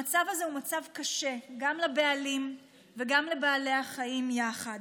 המצב הזה הוא מצב קשה גם לבעלים וגם לבעלי החיים יחד.